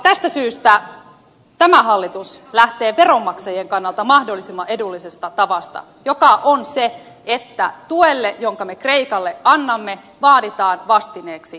tästä syystä tämä hallitus lähtee veronmaksajien kannalta mahdollisimman edullisesta tavasta joka on se että tuelle jonka me kreikalle annamme vaaditaan vastineeksi vakuudet